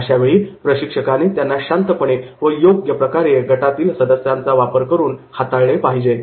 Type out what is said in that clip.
अशावेळी प्रशिक्षकाने त्यांना शांतपणे व योग्य प्रकारे गटातील सदस्यांचा वापर करून हाताळले पाहिजे